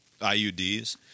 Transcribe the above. IUDs